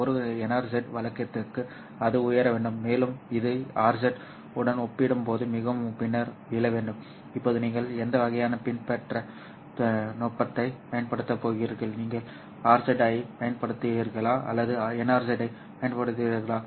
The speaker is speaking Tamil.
ஒரு NRZ வழக்குக்கு அது உயர வேண்டும் மேலும் இது RZ உடன் ஒப்பிடும்போது மிகவும் பின்னர் விழ வேண்டும் இப்போது நீங்கள் எந்த வகையான பண்பேற்ற நுட்பத்தைப் பயன்படுத்தப் போகிறீர்கள் நீங்கள் RZ ஐப் பயன்படுத்துவீர்களா அல்லது NRZ ஐப் பயன்படுத்துவீர்களா